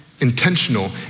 intentional